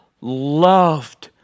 Loved